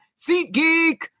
SeatGeek